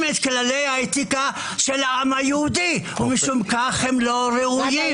את אלה של העם היהודי ומשום כך אינם ראויים.